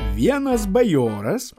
vienas bajoras